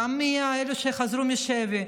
גם לאלה שחזרו מהשבי,